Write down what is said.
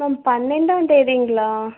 ma'am பன்ரெண்டாந்தேதிங்களா